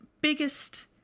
biggest